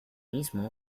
mismo